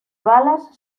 balas